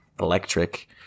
electric